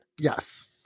Yes